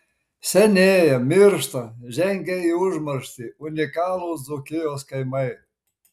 senėja miršta žengia į užmarštį unikalūs dzūkijos kaimai